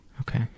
Okay